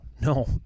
No